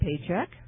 paycheck